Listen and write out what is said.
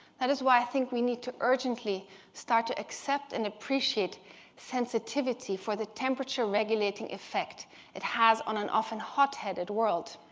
that is why i think we need to urgently start to accept and appreciate sensitivity for the temperature regulating effect it has on an often hot headed world.